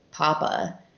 Papa